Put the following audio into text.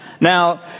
Now